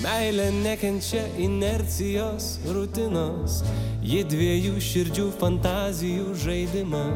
meilė nekenčia inercijos rutinos ji dviejų širdžių fantazijų žaidimą